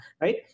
right